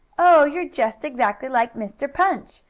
oh, you're just exactly like mr. punch!